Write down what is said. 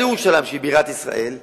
גם בעניין זה כבר קבעתי עם סיעות שונות